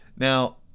Now